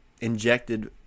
injected